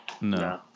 No